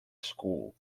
school